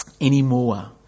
anymore